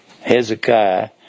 Hezekiah